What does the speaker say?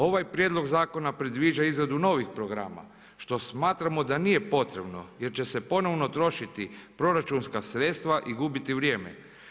Ovaj prijedlog zakona predviđa izradu novih programa, što smatramo da nije potrebno jer će se ponovno trošiti proračunska sredstva i gubiti vrijeme.